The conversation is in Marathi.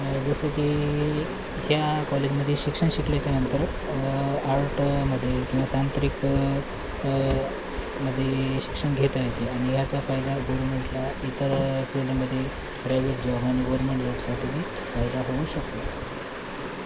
जसं की या कॉलेजमध्ये शिक्षण शिकल्याच्या नंतर आर्टमध्ये किंवा तांत्रिकमध्ये शिक्षण घेता येत आणि याचा फायदा गवर्मेंटला इतर फील्डमध्ये प्रायवेट जॉब आणि गवर्मेंट जॉबसाठी फायदा होऊ शकतो